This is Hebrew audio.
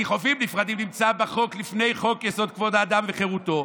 כי חופים נפדים נמצאים בחוק לפני חוק-יסוד: כבוד האדם וחירותו.